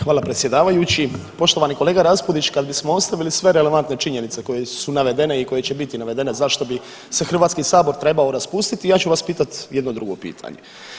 Hvala predsjedavajući, poštovani kolega Raspudić, kad bismo ostavili sve relevantne činjenice koje su navedene i koje će biti navedene zašto bi se HS trebao raspustiti, ja ću vas pitati jedno drugo pitanje.